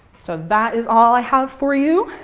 so that is all i have for you.